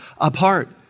apart